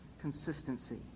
consistency